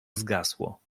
zgasło